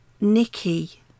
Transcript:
Nicky